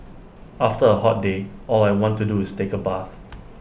after A hot day all I want to do is take A bath